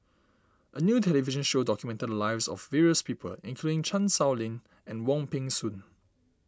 a new television show documented the lives of various people including Chan Sow Lin and Wong Peng Soon